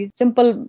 simple